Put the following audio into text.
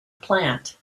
plant